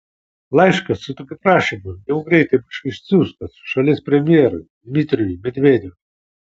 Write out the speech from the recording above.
laiškas su tokiu prašymu jau greitai bus išsiųstas šalies premjerui dmitrijui medvedevui